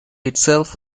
itself